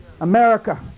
America